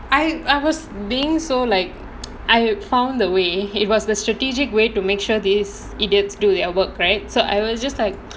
I I was being so like I found the way it was the strategic way to make sure these idiots do their work right so I was just like